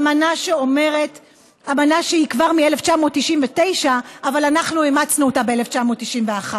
אמנה שהיא כבר מ-1989 אבל אנחנו אימצנו אותה ב-1991.